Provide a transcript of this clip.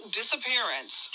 disappearance